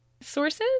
Sources